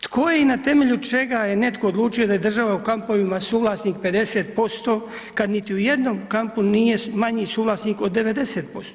Tko je i na temelju čega je netko odlučio da je država u kampovima suvlasnik 50% kad niti u jednom kampu nije manji suvlasnik od 90%